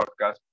podcast